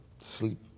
Sleep